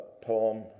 Poem